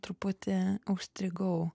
truputį užstrigau